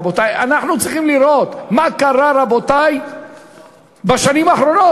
רבותי, אנחנו צריכים לראות מה קרה בשנים האחרונות.